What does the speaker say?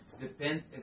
Depends